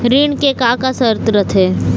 ऋण के का का शर्त रथे?